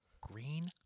Green